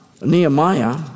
Nehemiah